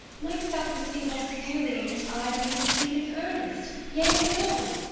might'st thou perceive austerely in his eye that he did plead in earnest? yea or no?